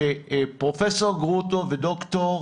שפרופ' גרוטו וד"ר